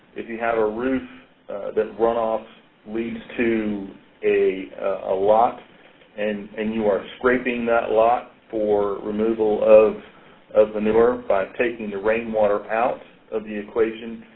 if you had a roof that runoff leads to a ah lot and and you are scraping that lot for removal of of manure, by taking the rain water out of the equation,